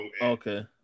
Okay